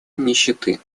нищеты